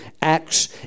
acts